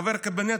חבר הקבינט,